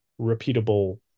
repeatable